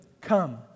come